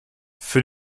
für